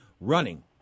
running